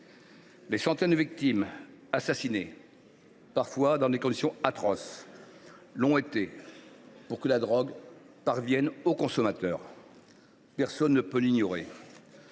Les centaines de victimes assassinées, parfois dans des conditions atroces, ont subi ce sort pour que la drogue parvienne au consommateur. Personne ne peut plus ignorer